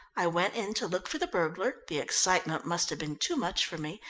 i went in to look for the burglar the excitement must have been too much for me,